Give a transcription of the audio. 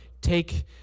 take